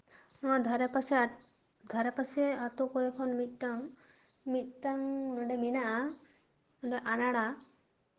ᱱᱚᱣᱟ ᱫᱷᱟᱨᱮ ᱯᱟᱥᱮ ᱫᱷᱟᱨᱮ ᱯᱟᱥᱮ ᱟᱛᱳ ᱠᱚᱨᱮ ᱠᱷᱚᱱ ᱢᱤᱫᱴᱟᱝ ᱢᱤᱫᱴᱟᱝ ᱱᱚᱰᱮ ᱢᱮᱱᱟᱜᱼᱟ ᱚᱱᱟ ᱟᱱᱟᱲᱟ